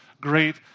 great